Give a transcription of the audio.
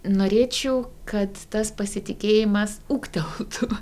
norėčiau kad tas pasitikėjimas ūgteltų